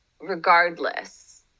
regardless